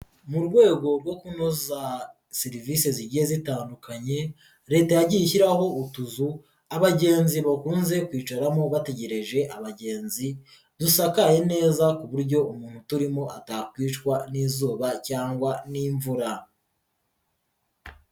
Mu rwego rwo kunoza serivisi zigiye zitandukanye Leta yagiye ishyiraho utuzu abagenzi bakunze kwicaramo bategereje abagenzi, dusaye neza ku buryo umuntu uturimo atakwicwa n'izuba cyangwa n'imvura.